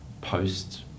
post